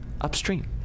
upstream